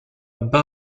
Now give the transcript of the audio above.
bas